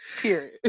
Period